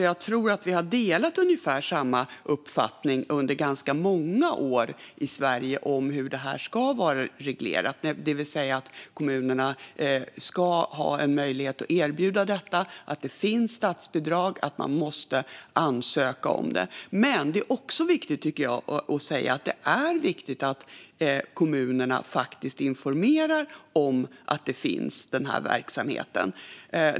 Jag tror att vi har delat ungefär samma uppfattning under ganska många år i Sverige om hur detta ska vara reglerat, det vill säga att kommunerna ska ha en möjlighet att erbjuda verksamheten, att det finns statsbidrag och att man måste ansöka om dem. Men det är också viktigt att kommunerna faktiskt informerar om att denna verksamhet finns.